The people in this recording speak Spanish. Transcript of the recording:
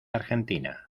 argentina